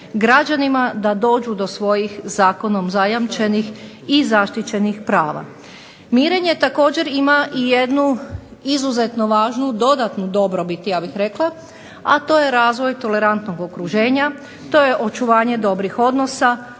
građanima da dođu do svojih zakonom zajamčenih i zaštićenih prava. Mirenje također ima i jednu izuzetno važnu dodatnu dobrobit ja bih rekla, a to je razvoj tolerantnog okruženja, to je očuvanje dobrih odnosa,